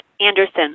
Anderson